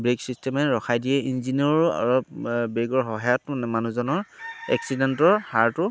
brake চিষ্টেমে ৰখাই দিয়ে ইঞ্জিনৰো অলপ ব্ৰেকৰ সহায়ত মানে মানুহজনৰ এক্সিডেণ্টৰ হাৰটো